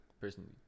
personally